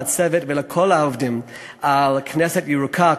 לצוות ולכל העובדים על "כנסת ירוקה".